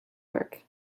work